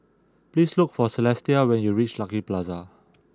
please look for Celestia when you reach Lucky Plaza